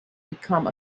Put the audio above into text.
become